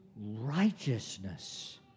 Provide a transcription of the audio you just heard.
righteousness